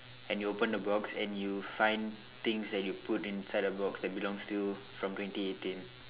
and you open the box and you find things that you put inside the box that belongs to you from twenty eighteen